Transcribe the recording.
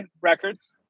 records